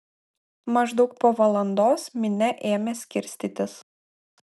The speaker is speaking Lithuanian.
maždaug po valandos minia ėmė skirstytis